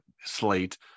slate